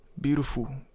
beautiful